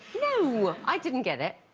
oh, i didn't get it.